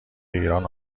ایران